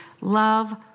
love